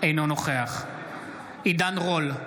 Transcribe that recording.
אינו נוכח עידן רול,